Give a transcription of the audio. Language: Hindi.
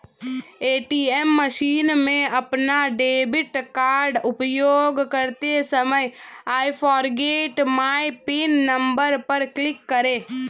ए.टी.एम मशीन में अपना डेबिट कार्ड उपयोग करते समय I forget my PIN number पर क्लिक करें